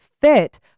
fit